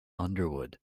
underwood